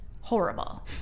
horrible